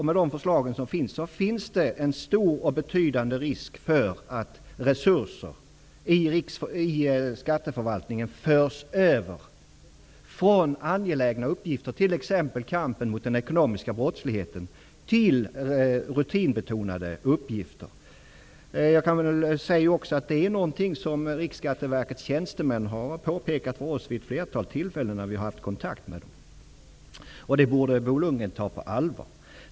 Med de förslag som nu lagts fram finns det en betydande risk för att resurser i skatteförvaltningen förs över från angelägna uppgifter, t.ex. kampen mot den ekonomiska brottsligheten, till rutinbetonade uppgifter. Det är någonting som Riksskatteverkets tjänstemän har påpekat för oss vid ett flertal tillfällen när vi har haft kontakt med dem. Det borde Bo Lundgren ta på allvar.